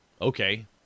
Okay